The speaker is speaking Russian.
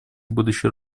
будущей